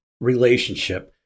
relationship